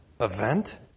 event